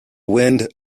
wind